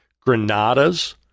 Granada's